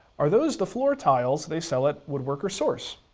are those the floor tiles they sell at woodworker's source?